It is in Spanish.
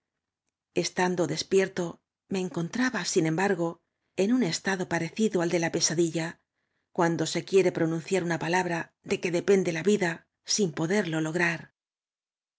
estando despierto me encon traba sin embargo en un estado parecido al déla pesadilla cuando se quiere pronunciar una palabra de que depende la vida sin poderlo lo